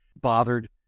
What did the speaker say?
bothered